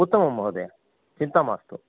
उत्तमं महोदया चिन्ता मास्तु